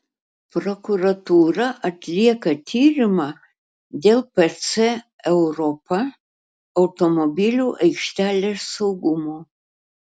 prokuratūra atlieka tyrimą dėl pc europa automobilių aikštelės saugumo